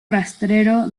rastrero